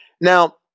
Now